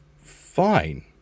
fine